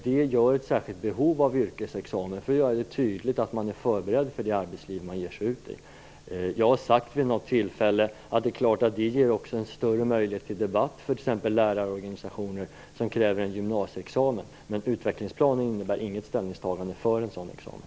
Det ger ett särskilt behov av en yrkesexamen, för att göra det tydligt att man är förberedd för det arbetsliv man ger sig ut i. Jag har vid något tillfälle sagt att det naturligtvis också ger en större möjlighet till debatt för t.ex. lärarorganisationer som kräver en gymnasieexamen, men utvecklingsplanen innebär inget ställningstagande för en sådan examen.